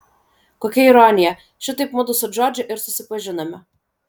kokia ironija šitaip mudu su džordže ir susipažinome